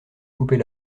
couper